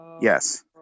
Yes